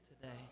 today